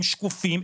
הם שקופים,